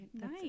Nice